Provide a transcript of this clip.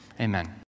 amen